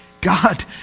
God